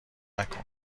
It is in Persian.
نکن